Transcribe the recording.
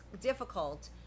difficult